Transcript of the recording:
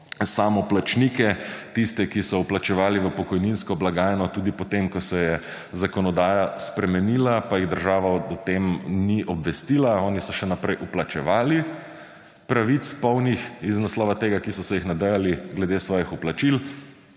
samoplačnike, tiste, ki so vplačevali v pokojninsko blagajno tudi po tem, ko se je zakonodaja spremenila, pa jih država o tem ni obvestila. Oni so še naprej vplačevali, pravic polnih iz naslova tega, ki so se jih nadejali, glede svojih vplačil